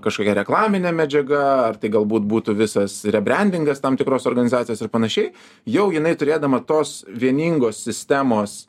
kažkokia reklaminė medžiaga ar tai galbūt būtų visas rebriandingas tam tikros organizacijos ir panašiai jau jinai turėdama tos vieningos sistemos